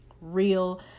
real